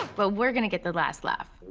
but we're gonna get the last laugh.